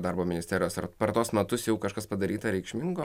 darbo ministerijos ar per tuos metus jau kažkas padaryta reikšmingo